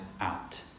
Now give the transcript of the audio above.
out